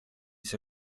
της